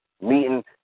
meeting